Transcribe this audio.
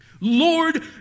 Lord